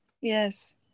Yes